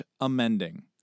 amending